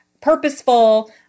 purposeful